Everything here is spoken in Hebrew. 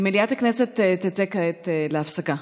מליאת הכנסת תצא כעת להפסקה.